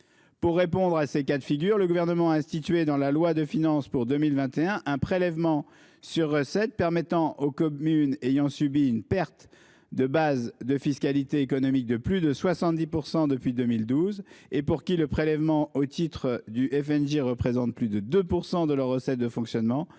Pour répondre à ces cas de figure, le Gouvernement a institué, dans la loi de finances pour 2021, un prélèvement sur recettes permettant aux communes ayant subi une perte de base de fiscalité économique de plus de 70 % depuis 2012 et pour lesquelles le prélèvement au titre du FNGIR représente plus de 2 % de leurs recettes de fonctionnement,